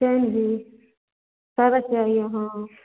चैन हुई